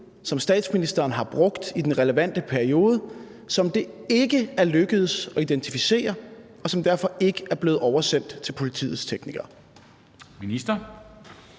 som statsministeren har brugt i den relevante periode, som det ikke er lykkedes at identificere, og som derfor ikke er blevet oversendt til politiets teknikere? Kl.